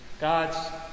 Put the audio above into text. God's